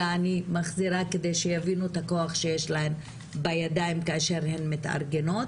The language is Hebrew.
אלא אני מחזירה כדי שיבינו את הכוח שיש להן בידיים כאשר הן מתארגנות.